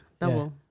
Double